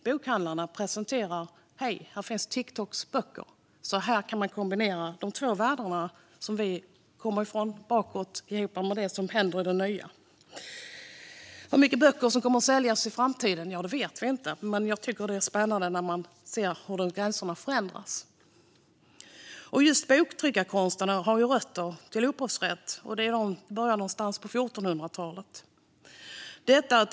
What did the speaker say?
Bokhandlarna i sin tur saluför böckerna från Tiktok, och på så vis möts den gamla och nya världen. Hur mycket böcker det kommer att säljas i framtiden vet vi inte, men det är spännande när gränser förändras. Upphovsrätten har delvis sina rötter i 1400-talets boktryckarkonst.